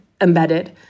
embedded